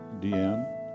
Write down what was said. Deanne